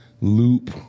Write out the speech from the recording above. loop